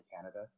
Canada